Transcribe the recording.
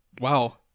wow